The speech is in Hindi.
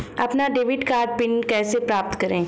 अपना डेबिट कार्ड पिन कैसे प्राप्त करें?